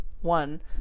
one